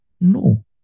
No